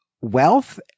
wealth